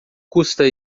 custa